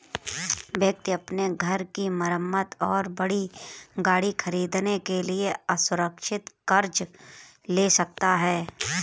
व्यक्ति अपने घर की मरम्मत और बड़ी गाड़ी खरीदने के लिए असुरक्षित कर्ज ले सकता है